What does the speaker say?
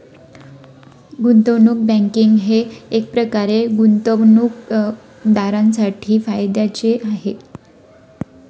गुंतवणूक बँकिंग हे एकप्रकारे गुंतवणूकदारांसाठी फायद्याचेच आहे